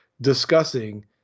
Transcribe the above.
discussing